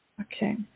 Okay